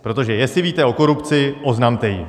Protože jestli víte o korupci, oznamte ji.